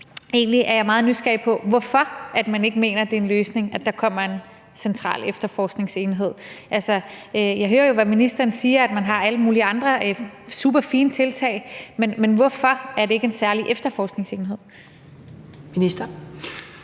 Egentlig er jeg meget nysgerrig på, hvorfor man ikke mener, det er en løsning, at der kommer en central efterforskningsenhed. Jeg hører jo, at ministeren siger, at man har alle mulige andre super fine tiltag, men hvorfor er det ikke en særlig efterforskningsenhed? Kl.